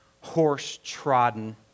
horse-trodden